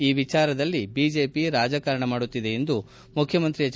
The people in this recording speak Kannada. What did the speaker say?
ಈ ವಿಚಾರದಲ್ಲಿ ಬಿಜೆಪಿ ರಾಜಕಾರಣ ಮಾಡುತ್ತಿದೆ ಎಂದು ಮುಖ್ಯಮಂತ್ರಿ ಎಚ್